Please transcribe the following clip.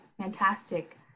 fantastic